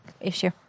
issue